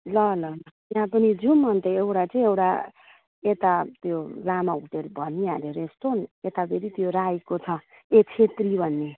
ल ल ल त्यहाँ पनि जाऊँ अन्त एउटा चाहिँ एउटा यता त्यो लामा होटल भनिहालेँ रेस्टुरेन्ट यता फेरि त्यो राईको छ ए छेत्री भन्ने